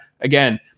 Again